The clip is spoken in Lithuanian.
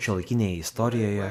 šiuolaikinėje istorijoje